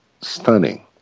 stunning